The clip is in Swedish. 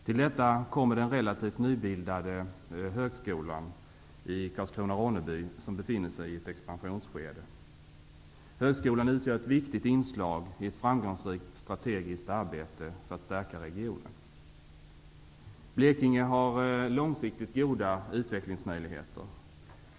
Till detta kommer den relativt nybildade högskolan i Karlskrona/Ronneby som befinner sig i ett expansionsskede. Högskolan utgör ett viktigt inslag i ett framgångsrikt, strategiskt arbete för att stärka regionen. Blekinge har långsiktigt goda utvecklingsmöjligheter.